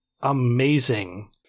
amazing